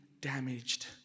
damaged